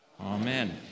Amen